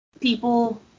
people